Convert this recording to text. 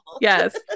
Yes